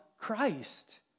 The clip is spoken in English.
Christ